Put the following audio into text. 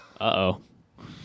Uh-oh